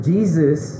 Jesus